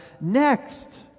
next